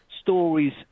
stories